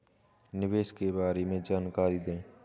निवेश के बारे में जानकारी दें?